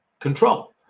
control